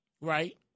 Right